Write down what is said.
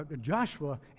Joshua